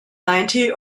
ninety